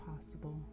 possible